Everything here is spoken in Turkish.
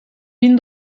bin